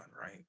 right